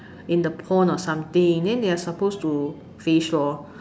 in the pond or something then they're supposed to fish lor